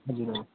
हजुर हजुर